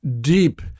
deep